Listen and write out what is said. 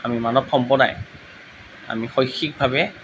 আমি মানৱ সম্প্ৰদায় আমি শৈক্ষিকভাৱে